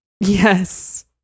Yes